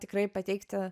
tikrai pateikti